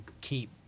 keep